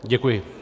Děkuji.